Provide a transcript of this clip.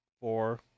four